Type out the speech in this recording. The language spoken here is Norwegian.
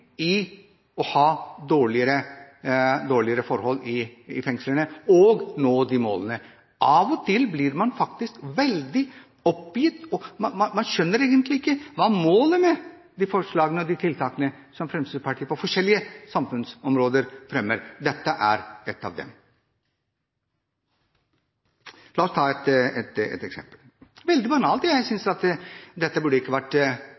mellom å ha dårligere forhold i fengslene og å nå disse målene. Av og til blir man faktisk veldig oppgitt og skjønner egentlig ikke hva målet er med de forslagene og tiltakene som Fremskrittspartiet fremmer på forskjellige samfunnsområder. Dette er et av dem. La oss ta et veldig banalt eksempel. Jeg synes ikke at dette forslaget burde ha vært